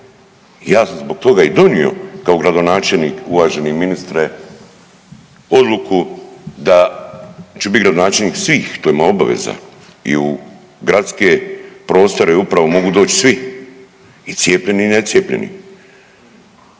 ja sam zbog toga i donio kao gradonačelnik uvaženi ministre odluku da ću biti gradonačelnik svih, to je moja obaveza i u gradske prostore i u upravu mogu doći svi i cijepljeni i necijepljeni.